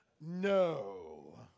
No